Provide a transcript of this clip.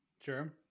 Sure